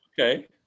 okay